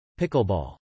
Pickleball